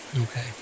Okay